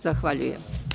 Zahvaljujem.